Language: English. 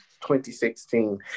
2016